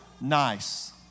nice